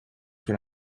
sur